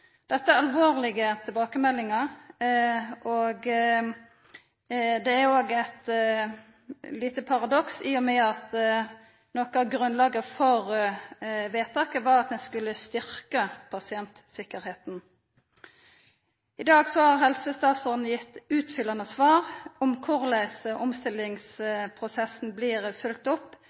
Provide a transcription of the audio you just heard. Dette er alvorlege tilbakemeldingar. Det er òg eit lite paradoks i og med at noko av grunnlaget for vedtaket var at ein skulle styrkja pasienttryggleiken. I dag har helsestatsråden gjeve utfyllande svar om korleis omstillingsprosessen blir følgd opp